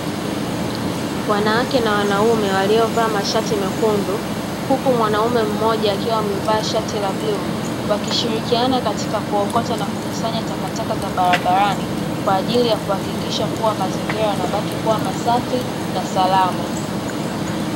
Wanawake na wanaume waliovaa mashati mekundu, huku mwanaume mmoja akiwa amevaa shati la bluu, wakishirikiana katika kuokota na kukusanya takataka za barabarani, kwa ajili ya kuhakikisha kuwa mazingira yanabaki kuwa masafi na salama.